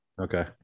Okay